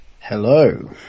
Hello